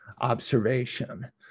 observation